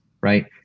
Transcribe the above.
Right